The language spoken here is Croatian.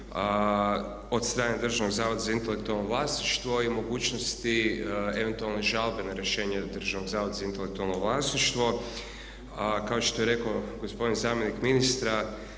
od strane Državnog zavoda za intelektualno vlasništvo. I mogućnosti eventualne žalbe na rješenje Državnog zavoda za intelektualno vlasništvo. Kao što je rekao gospodin zamjenik ministra